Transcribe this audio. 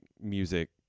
music